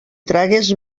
tragues